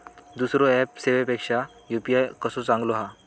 दुसरो ऍप सेवेपेक्षा यू.पी.आय कसो चांगलो हा?